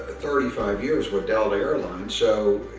thirty five years with delta airlines so,